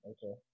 Okay